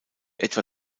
etwa